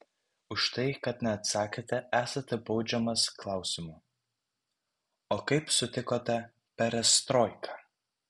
už tai kad neatsakėte esate baudžiamas klausimu o kaip sutikote perestroiką